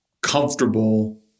comfortable